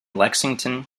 lexington